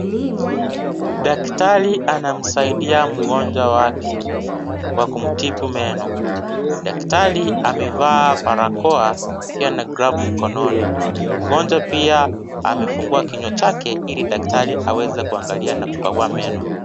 Daktari anamsaidia mgonjwa wake, kwa kumtupi meno, daktari amevaa parkoa, na glavu mkononi, mgonjwa pia, amefungua kinywa chake, ili daktari aweze kuangalia na kukagua meno.